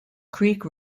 creek